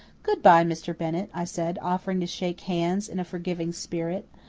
good-bye, mr. bennett, i said, offering to shake hands in a forgiving spirit.